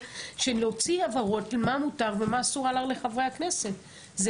להוציא הבהרות מה מותר ומה אסור לחברי הכנסת על ההר,